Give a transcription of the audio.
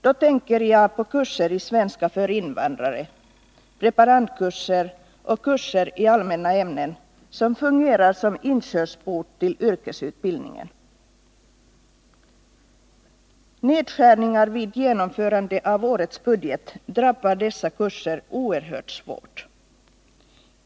Då tänker jag på kurser i svenska för invandrare, preparandkurser och kurser i allmänna ämnen, som fungerar som inkörsport till yrkesutbildningen. Nedskärningar vid genomförandet av årets budget drabbar dessa kurser oerhört hårt.